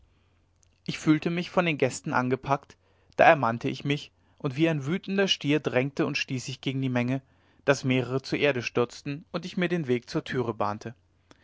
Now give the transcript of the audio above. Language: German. ich fühlte mich von den gästen angepackt da ermannte ich mich und wie ein wütender stier drängte und stieß ich gegen die menge daß mehrere zur erde stürzten und ich mir den weg zur türe bahnte